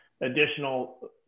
additional